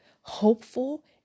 hopeful